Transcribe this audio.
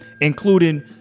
including